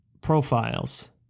profiles